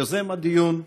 יוזם הדיון,